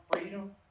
freedom